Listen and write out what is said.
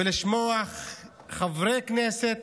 ולשמוע חברי כנסת